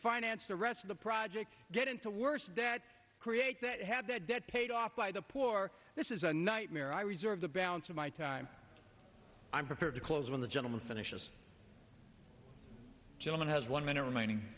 finance the rest of the projects get into worse debt create that had that debt paid off by the poor this is a nightmare i reserve the balance of my time i'm prepared to close when the gentleman finishes gentleman has one minute remaining